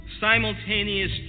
Simultaneous